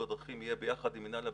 בדרכים יהיה ביחד עם מינהל הבטיחות.